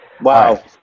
Wow